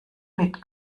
mit